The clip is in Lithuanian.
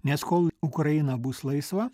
nes kol ukraina bus laisva